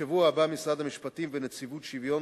בשבוע הבא משרד המשפטים ונציבות השוויון